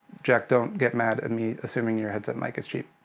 jack, don't get mad at me assuming your headset mic is cheap.